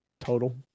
total